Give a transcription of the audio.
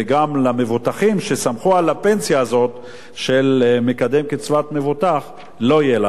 וגם למבוטחים שסמכו על הפנסיה הזאת של מקדם קצבת מבוטח לא יהיה.